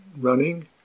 running